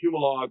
Humalog